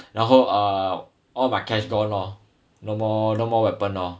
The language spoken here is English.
然后 uh all my cash gone lor no more no more weapon lor